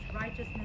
righteousness